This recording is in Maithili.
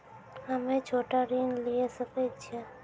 हम्मे छोटा ऋण लिये सकय छियै?